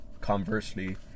conversely